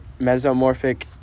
mesomorphic